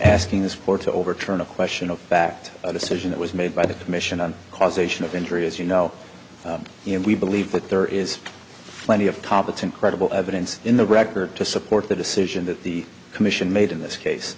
asking this for to overturn a question of fact decision that was made by the commission on causation of injury as you know and we believe that there is plenty of competent credible evidence in the record to support the decision that the commission made in this case